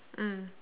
mm